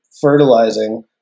fertilizing